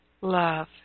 love